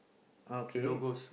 okay